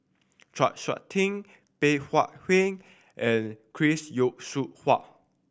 Chau Sik Ting Bey Hua Heng and Chris Yeo Siew Hua